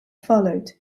followed